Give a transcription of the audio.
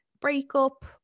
breakup